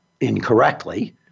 incorrectly